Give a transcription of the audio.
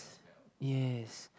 yes